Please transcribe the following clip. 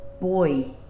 boy